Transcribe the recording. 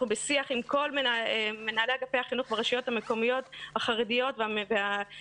אנחנו בשיח עם כל מנהלי אגפי החינוך ברשויות המקומיות החרדיות ואלה